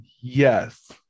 Yes